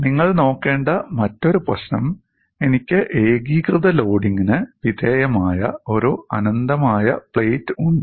നിങ്ങൾ നോക്കേണ്ട മറ്റൊരു പ്രശ്നം എനിക്ക് ഏകീകൃത ലോഡിംഗിന് വിധേയമായ ഒരു അനന്തമായ പ്ലേറ്റ് ഉണ്ട്